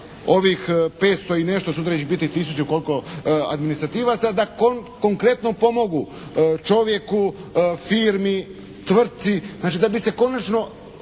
ovih 500 i nešto, sutra će biti 1000 koliko administrativaca, da konkretno pomognu čovjeku, firmi, tvrtci. Znači da bi se konačno